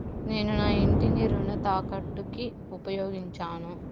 నేను నా ఇంటిని రుణ తాకట్టుకి ఉపయోగించాను